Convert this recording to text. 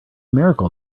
miracle